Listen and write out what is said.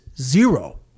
zero